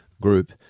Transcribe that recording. group